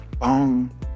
bong